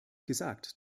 gesagt